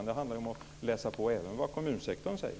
Det handlar om att läsa på även vad kommunsektorn säger.